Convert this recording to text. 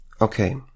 Okay